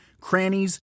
crannies